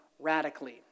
radically